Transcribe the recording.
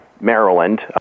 maryland